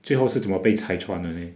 最后是怎么被拆穿的 leh